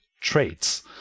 traits